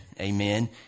Amen